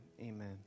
amen